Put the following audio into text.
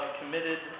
Committed